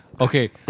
Okay